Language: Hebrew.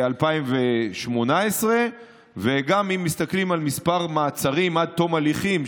2018. גם אם מסתכלים על מספר מעצרים עד תום ההליכים,